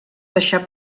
deixar